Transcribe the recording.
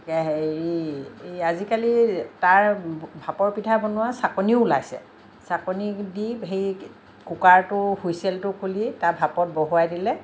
হেৰি এই আজিকালি তাৰ ভাপৰ পিঠা বনোৱা চাকনিও ওলাইছে চাকনি দি সেই কুকাৰটো হুইছেলটো খুলি তাৰ ভাপত বহুৱাই দিলে